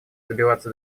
добиваться